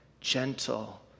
gentle